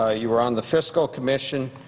ah you were on the fiscal commission,